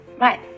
Right